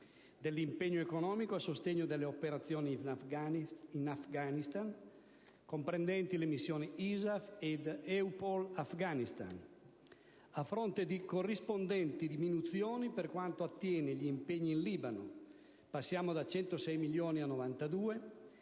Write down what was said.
dell'impegno economico a sostegno delle operazioni in Afghanistan (comprendenti le missioni ISAF ed EUPOL-Afghanistan), a fronte di corrispondenti diminuzioni per quanto attiene gli impegni in Libano (da circa 106 a 92 milioni),